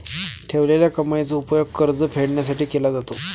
ठेवलेल्या कमाईचा उपयोग कर्ज फेडण्यासाठी केला जातो